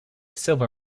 silver